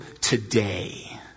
today